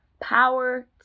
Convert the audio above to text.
power